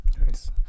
Nice